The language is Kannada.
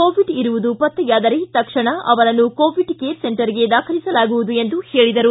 ಕೋವಿಡ್ ಇರುವುದು ಪತ್ತೆಯಾದರೆ ತಕ್ಷಣ ಅವರನ್ನು ಕೊವೀಡ್ ಕೇರ್ ಸೆಂಟರ್ಗೆ ದಾಖಲಿಸಲಾಗುವುದು ಎಂದು ಹೇಳಿದರು